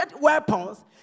weapons